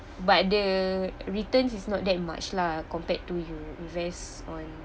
but the returns is not that much lah compared to you invest on